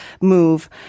move